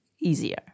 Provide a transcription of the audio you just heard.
easier